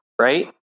right